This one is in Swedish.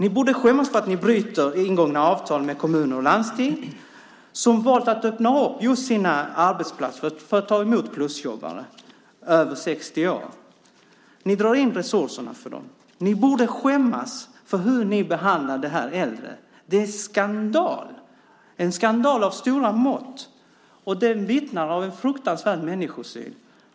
Ni borde skämmas för att ni bryter ingångna avtal med kommuner och landsting som valt att öppna sina arbetsplatser för att ta emot plusjobbare över 60 år. Ni drar in resurserna för dem. Ni borde skämmas för hur ni behandlar dessa äldre! Det är en skandal av stora mått. Det vittnar om en fruktansvärd människosyn.